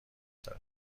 داره